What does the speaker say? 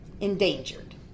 endangered